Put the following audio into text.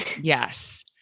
Yes